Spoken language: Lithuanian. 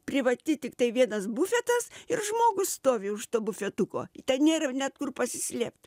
privati tiktai vienas bufetas ir žmogus stovi už to bufetuko ten nėra net kur pasislėpt